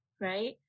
Right